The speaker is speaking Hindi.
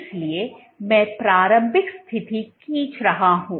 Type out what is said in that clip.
इसलिए मैं प्रारंभिक स्थिति खींच रहा हूं